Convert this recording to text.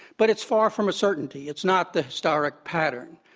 but it's far from a certainty. it's not the historic pattern.